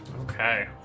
okay